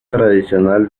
tradicional